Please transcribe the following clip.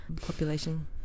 population